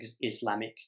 Islamic